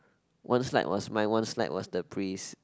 one slide was mine one slide was the priest